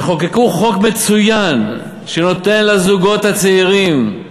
וחוקקו חוק מצוין, שנותן לזוגות הצעירים,